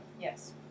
Yes